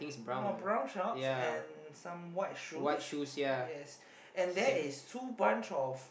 uh brown shorts and some white shoes yes and there is two bunch of